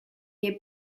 near